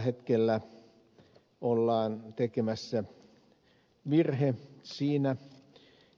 tällä hetkellä ollaan tekemässä virhe siinä